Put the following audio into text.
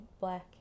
black